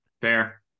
Fair